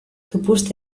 tupust